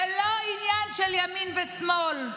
זה לא עניין של ימין ושמאל.